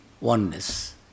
oneness